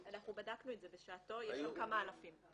אנחנו בדקנו את זה בשעתו, יש